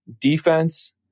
defense